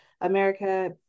America